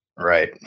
Right